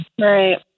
Right